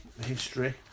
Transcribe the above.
history